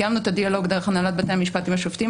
קיימנו את הדיאלוג דרך הנהלת בתי המשפט עם השופטים,